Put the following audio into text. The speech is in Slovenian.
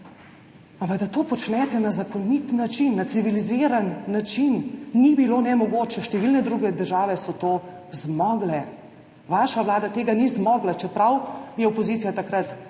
ampak da to počnete na zakonit način, na civiliziran način. Ni bilo nemogoče, številne druge države so to zmogle. Vaša vlada tega ni zmogla, čeprav je takrat